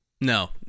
no